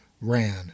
ran